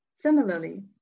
Similarly